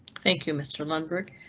thank you, mr lundberg,